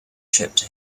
shipped